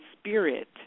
spirit